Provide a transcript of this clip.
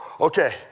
Okay